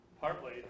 partly